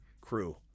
crew